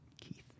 Keith